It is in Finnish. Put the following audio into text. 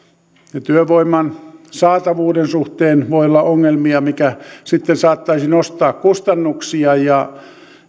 ja työvoiman saatavuuden suhteen voi olla ongelmia mikä sitten saattaisi nostaa kustannuksia